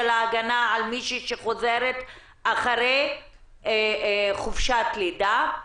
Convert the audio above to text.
ההגנה על מישהי שחוזרת אחרי חופשת לידה?